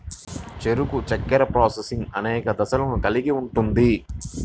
చెరకు చక్కెర ప్రాసెసింగ్ అనేక దశలను కలిగి ఉంటుంది